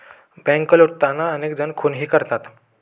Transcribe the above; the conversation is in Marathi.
बँक लुटताना अनेक जण खूनही करतात